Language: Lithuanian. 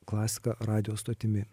klasika radijo stotimi